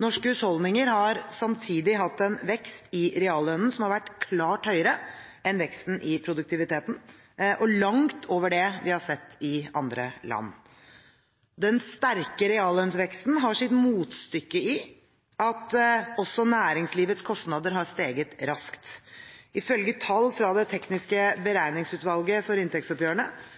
Norske husholdninger har samtidig hatt en vekst i reallønnen, som har vært klart høyere enn veksten i produktiviteten, og langt over det vi har sett i andre land. Den sterke reallønnsveksten har sitt motstykke i at også næringslivets kostnader har steget raskt. Ifølge tall fra Det tekniske